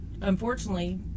unfortunately